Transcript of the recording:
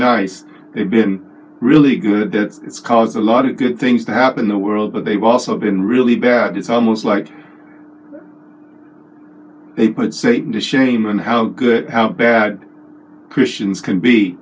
nice they've been really good it's cause a lot of good things to happen the world but they've also been really bad it's almost like they put satan to shame and how good how bad christians can be